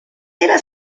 era